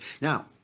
Now